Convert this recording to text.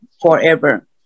forever